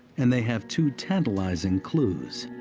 and they have two tantalizing clues.